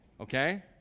Okay